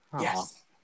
Yes